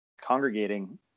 congregating